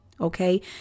Okay